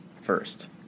first